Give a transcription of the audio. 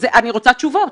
אני רוצה תשובות.